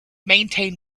maintain